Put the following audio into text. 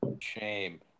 Shame